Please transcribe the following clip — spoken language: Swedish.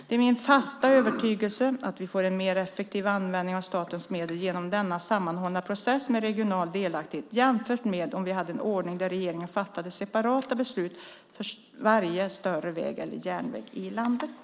Det är min fasta övertygelse att vi får en mer effektiv användning av statens medel genom denna sammanhållna process med regional delaktighet, jämfört med om vi hade en ordning där regeringen fattade separata beslut för varje större väg eller järnväg i landet.